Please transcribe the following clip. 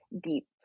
deep